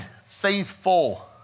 faithful